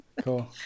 Cool